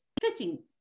fitting